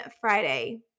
Friday